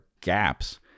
gaps